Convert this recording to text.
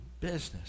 business